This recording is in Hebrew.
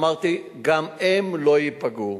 אמרתי: גם הם לא ייפגעו.